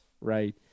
right